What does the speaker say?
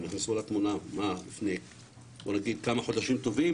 נכנסו לתמונה לפני כמה חודשים טובים